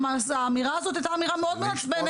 והאמירה הזאת הייתה מאוד מעצבנת.